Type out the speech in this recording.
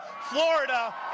Florida